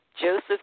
Joseph